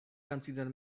consider